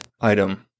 item